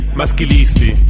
maschilisti